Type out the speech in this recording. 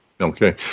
Okay